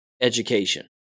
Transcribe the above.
education